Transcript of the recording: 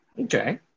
Okay